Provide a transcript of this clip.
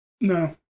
No